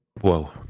whoa